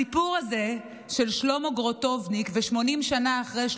הסיפור הזה של שלמה גורטובניק, ו-80 שנה אחרי,